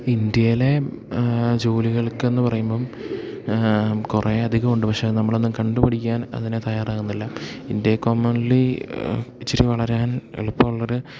ഇന്ത്യയിലെ ജോലികൾക്ക് എന്ന് പറയുമ്പം കുറേ അധികം ഉണ്ട് പക്ഷേ നമ്മളൊന്നും കണ്ടുപിടിക്കാൻ അതിന് തയ്യാറാകുന്നില്ല ഇന്ത്യേ കോമൺലി ഇച്ചിരി വളരാൻ എളുപ്പം ഉള്ള ഒരു